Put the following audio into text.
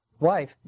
wife